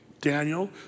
Daniel